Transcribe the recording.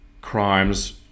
crimes